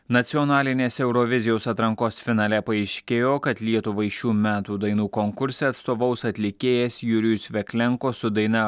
nacionalinės eurovizijos atrankos finale paaiškėjo kad lietuvai šių metų dainų konkurse atstovaus atlikėjas jurijus veklenko su daina